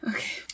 Okay